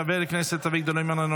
חבר הכנסת אביגדור ליברמן,